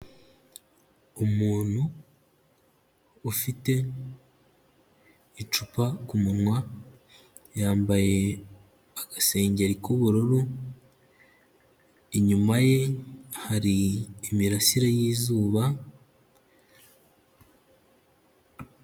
Umuntu ufite icupa ku munwa yambaye agasengeri k'ubururu, inyuma ye hari imirasire y'izuba.